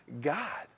God